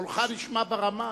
קולך נשמע ברמה.